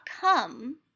come